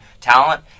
talent